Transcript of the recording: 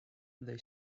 they